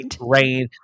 rain